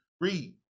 Read